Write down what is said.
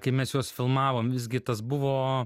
kai mes juos filmavom visgi tas buvo